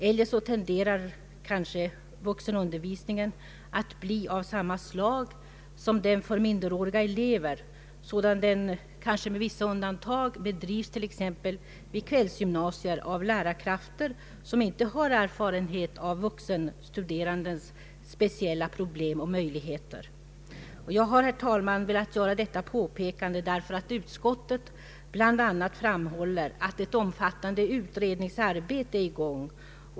Eljest tenderar kanske vuxenundervisningen att bli av samma slag som den för minderåriga elever, sådan den, kanske med vissa undantag, bedrivs vid kvällsgymnasier av lärarkrafter som ej har erfarenhet av vuxenstuderandes speciella problem och möjligheter. Jag har, herr talman, velat göra detta påpekande därför att utskottet bl.a. framhåller, att ett omfattande utredningsarbete är i gång.